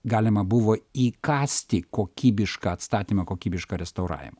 galima buvo įkąsti kokybišką atstatymą kokybišką restauravimą